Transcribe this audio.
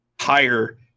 higher